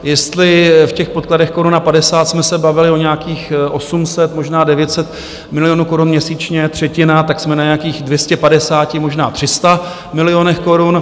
Jestli v těch podkladech koruna padesát jsme se bavili o nějakých 800, možná 900 milionů korun měsíčně, třetina, tak jsme na nějakých 250, možná 300 milionech korun.